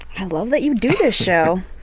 i love that you do this show.